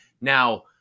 Now